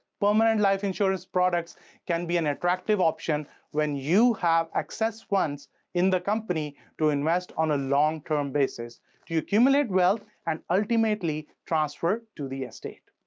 permanent life insurance products can be an attractive option when you have excess funds in the company to invest on a long-term basis to accumulate wealth and ultimately transfer to the estate.